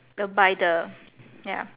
the by the ya